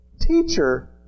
Teacher